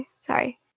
Sorry